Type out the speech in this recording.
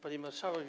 Pani Marszałek!